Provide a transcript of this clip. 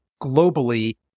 globally